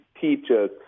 teachers